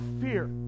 fear